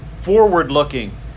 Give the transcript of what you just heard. forward-looking